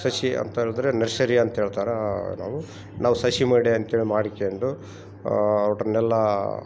ಸಸಿ ಅಂತೇಳಿದ್ರೆ ನರ್ಶರಿ ಅಂತೇಳ್ತಾರ ನಾವು ನಾವು ಸಸಿ ಮಡಿ ಅಂತೇಳಿ ಮಾಡ್ಕೊಂಡು ವಟ್ರನೆಲ್ಲಾ